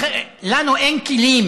לנו אין כלים